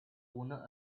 owner